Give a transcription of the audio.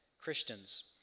Christians